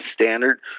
standard